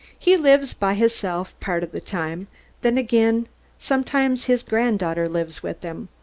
he lives by hisself part of the time then again sometimes his grand-darter lives with him.